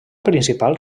principal